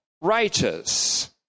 righteous